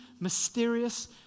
mysterious